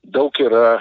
daug yra